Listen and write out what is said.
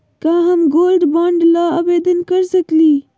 का हम gold bond ल आवेदन कर सकली?